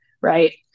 right